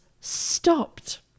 stopped